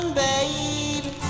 babe